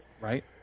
Right